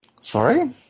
Sorry